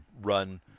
run